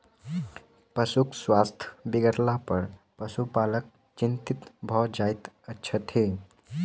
पशुक स्वास्थ्य बिगड़लापर पशुपालक चिंतित भ जाइत छथि